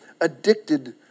addicted